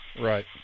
Right